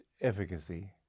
efficacy